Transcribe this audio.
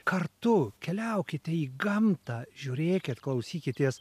kartu keliaukite į gamtą žiūrėkit klausykitės